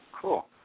Cool